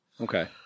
Okay